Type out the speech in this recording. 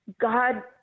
God